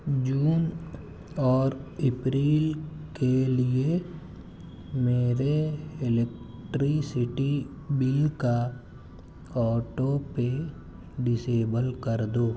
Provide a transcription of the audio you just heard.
جون اور اپریل کے لیے میرے الیکٹریسٹی بل کا آٹو پے ڈسیبل کر دو